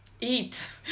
eat